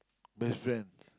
best friend